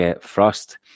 frost